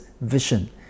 vision